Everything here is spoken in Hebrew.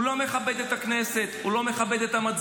הוא לא מכבד את הכנסת, הוא לא מכבד את המצביעים.